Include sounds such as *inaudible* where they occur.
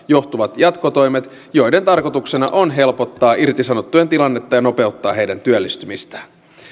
*unintelligible* johtuvat jatkotoimet joiden tarkoituksena on helpottaa irtisanottujen tilannetta ja nopeuttaa heidän työllistymistään